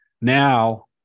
now